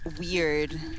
weird